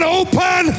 open